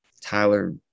Tyler